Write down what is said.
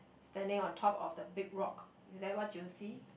standing on top of the big rock there what do you see